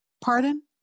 Pardon